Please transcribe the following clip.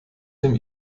dem